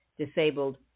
disabled